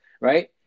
right